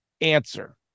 answer